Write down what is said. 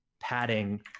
padding